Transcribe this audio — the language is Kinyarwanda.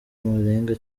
amarenga